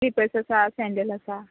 slippers आसा sandal आसा